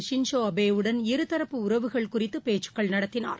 Shinzo அபேவுடன் இருதரப்பு உறவுகள் குறித்து பேச்சுகள் நடத்தினார்